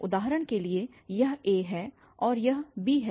उदाहरण के लिए यह a है और यह b है